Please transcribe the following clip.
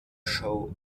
show